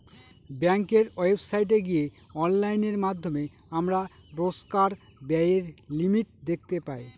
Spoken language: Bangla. ব্যাঙ্কের ওয়েবসাইটে গিয়ে অনলাইনের মাধ্যমে আমরা রোজকার ব্যায়ের লিমিট দেখতে পাই